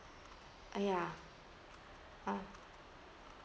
ya uh